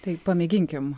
tai pamėginkim